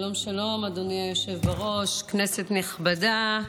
שלום שלום, אדוני היושב-ראש, כנסת נכבדה,